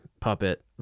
puppet